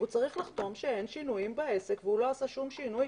הוא צריך לחתום שאין שינויים בעסק והוא לא עשה שום שינוי,